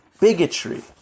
bigotry